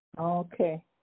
Okay